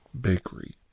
bakery